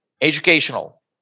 educational